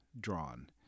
drawn